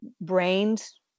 brains